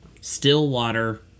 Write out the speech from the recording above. Stillwater